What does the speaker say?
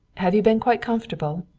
have you been quite comfortable?